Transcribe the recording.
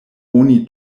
oni